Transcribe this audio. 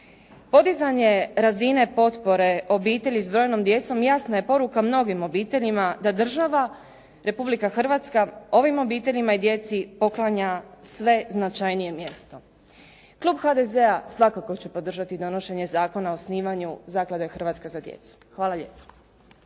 Podizanje razine potpore obitelji s brojnom djecom jasna je poruka mnogim obiteljima da država Republika Hrvatska ovim obiteljima i djeci poklanja sve značajnije mjesto. Klub HDZ-a svakako će podržati odnošenje Zakona o osnivanju Zaklade "Hrvatska za djecu". Hvala lijepo.